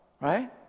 Right